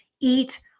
eat